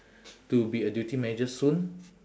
to be a duty manager soon